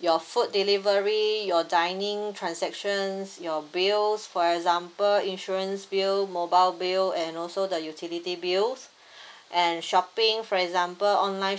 your food delivery your dining transactions your bills for example insurance bill mobile bill and also the utility bills and shopping for example online